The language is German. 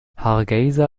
hargeysa